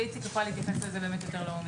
איציק יוכל להתייחס לזה יותר לעומק.